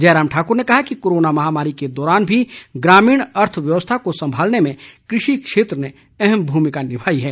जयराम ठाकुर ने कहा कि कोरोना महामारी के दौरान भी ग्रमीण अर्थव्यवस्था को संभालने में कृषि क्षेत्र ने अहम भूमिका निभाई है